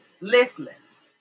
listless